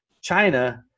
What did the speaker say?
China